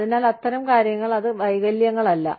അതിനാൽ അത്തരം കാര്യങ്ങൾ അത് വൈകല്യങ്ങളല്ല